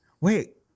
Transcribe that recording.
Wait